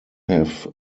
have